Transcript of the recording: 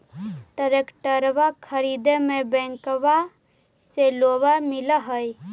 ट्रैक्टरबा खरीदे मे बैंकबा से लोंबा मिल है?